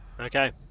Okay